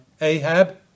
Ahab